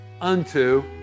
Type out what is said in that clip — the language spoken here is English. unto